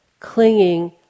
Clinging